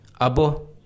abo